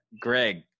Greg